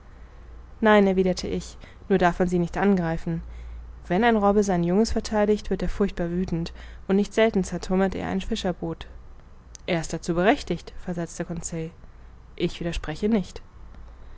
nein erwiderte ich nur darf man sie nicht angreifen wenn ein robbe sein junges vertheidigt wird er furchtbar wüthend und nicht selten zertrümmert er ein fischerboot er ist dazu berechtigt versetzte conseil ich widerspreche nicht